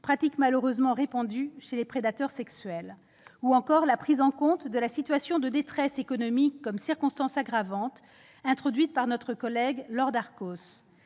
pratique malheureusement répandue chez les prédateurs sexuels, ou encore la prise en compte de la situation de détresse économique comme circonstance aggravante, introduite par notre collègue Laure Darcos.